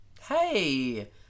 Hey